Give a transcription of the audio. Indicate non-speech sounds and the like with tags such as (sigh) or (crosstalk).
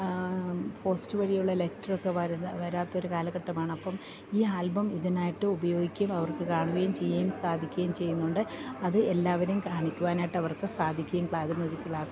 post വഴിയുള്ള letter ഒക്കെ വരുന്ന വരാത്തൊരു കാലഘട്ടമാണ് അപ്പം ഈ ആൽബം ഇതിനായിട്ട് ഉപയോഗിക്കും അവർക്ക് കാണുകയും ചെയ്യും സാധിക്കുകയും ചെയ്യുന്നുണ്ട് അത് എല്ലാവരും കാണിക്കുവാനായിട്ട് അവർക്ക് സാധിക്കുകയും (unintelligible) ഒരു ക്ലാസ്